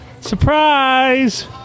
Surprise